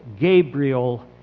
Gabriel